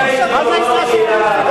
של האידיאולוגיה,